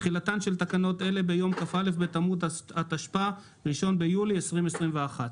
תחילה תחילתן של תקנות אלה ביום כ"א בתמוז התשפ"א (1 ביולי 2021)."